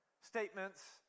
statements